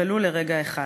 ולו לרגע אחד,